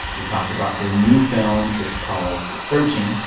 who talked about their new film. it's called searching.